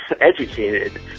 educated